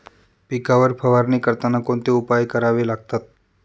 पिकांवर फवारणी करताना कोणते उपाय करावे लागतात?